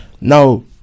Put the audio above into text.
now